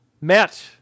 Matt